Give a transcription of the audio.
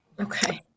okay